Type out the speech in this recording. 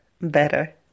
better